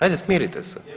Ajde smirite se.